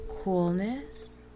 Coolness